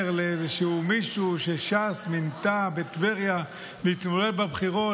לאיזשהו מישהו שש"ס מינתה בטבריה להתמודד בבחירות,